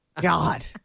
God